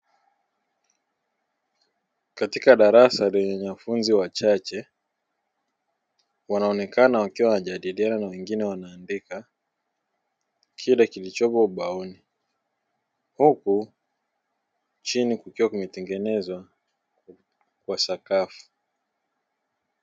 Katika darasa lenye wanafunzi wachache wanaonekana wakiwa wanajadiliana na wengine wanaandika kile kilichopo ubaoni, huku chini kukiwa kumetengenezwa kwa sakafu.